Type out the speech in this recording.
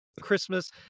christmas